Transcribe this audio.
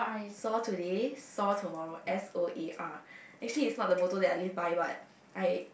sore today soar tomorrow S O A R actually it's not the motto that I live by but I